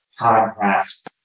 podcast